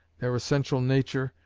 their essential nature,